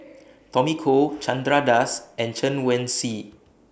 Tommy Koh Chandra Das and Chen Wen Hsi